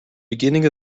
beginning